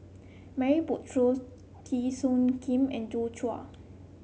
Murray Buttrose Teo Soon Kim and Joi Chua